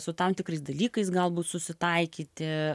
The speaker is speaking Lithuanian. su tam tikrais dalykais galbūt susitaikyti